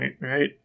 right